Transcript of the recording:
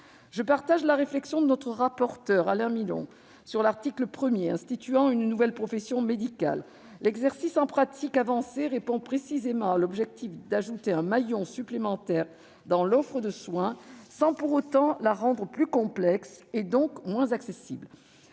Je partage la réflexion de notre rapporteur, Alain Milon, sur l'article 1 instituant une nouvelle profession médicale. L'exercice en pratique avancée répond précisément à l'objectif d'ajouter un maillon supplémentaire dans l'offre de soins, sans pour autant la rendre plus complexe et, donc, moins accessible.